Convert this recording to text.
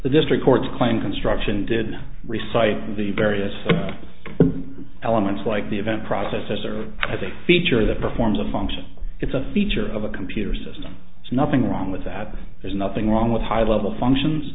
the district courts claim construction did recites the various elements like the event processor i think feature that performs a function it's a feature of a computer system so nothing wrong with that there's nothing wrong with high level functions